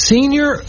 Senior